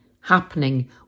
happening